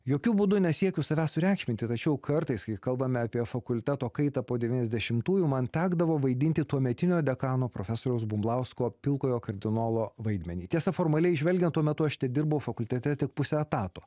jokiu būdu nesiekiu savęs sureikšminti tačiau kartais kai kalbame apie fakulteto kaitą po devyniasdešimtųjų man tekdavo vaidinti tuometinio dekano profesoriaus bumblausko pilkojo kardinolo vaidmenį tiesa formaliai žvelgiant tuo metu aš tedirbau fakultete tik pusę etato